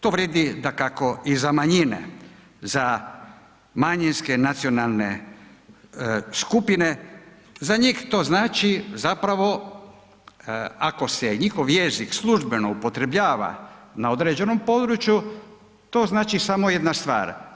To vrijedi dakako i za manjine, za manjinske nacionalne skupine, za njih to znači zapravo, ako se njihov jezik službeno upotrebljava na određenom području, to znači samo jedna stvar.